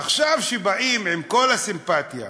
עכשיו, כשבאים, ועם כל הסימפתיה